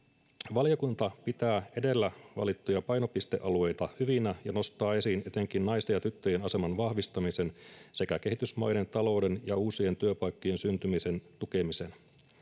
valiokunta pitää edellä valittuja painopistealueita hyvinä ja nostaa esiin etenkin naisten ja tyttöjen aseman vahvistamisen sekä kehitysmaiden talouden ja uusien työpaikkojen syntymisen tukemisen